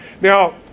Now